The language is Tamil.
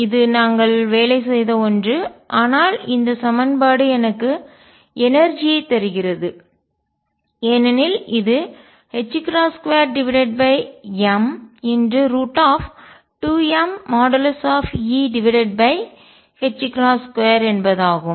இது நாங்கள் வேலை செய்த ஒன்று ஆனால் இந்த சமன்பாடு எனக்கு எனர்ஜிஆற்றல் ஐ தருகிறது ஏனெனில் இது 2m2mE2 என்பதாகும்